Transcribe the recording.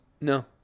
No